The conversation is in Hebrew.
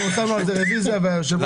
אנחנו הצענו על זה רביזיה והיושב-ראש